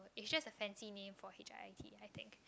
it just a fancy name for H_I_P I think